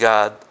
God